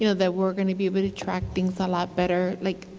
you know that we are going to be able to track things a lot better. like,